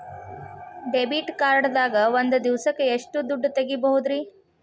Debit card ದಾಗ ಒಂದ್ ದಿವಸಕ್ಕ ಎಷ್ಟು ದುಡ್ಡ ತೆಗಿಬಹುದ್ರಿ?